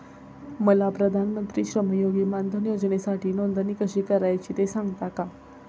मला प्रधानमंत्री श्रमयोगी मानधन योजनेसाठी नोंदणी कशी करायची ते सांगता का?